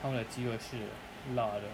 他们的鸡肉是辣的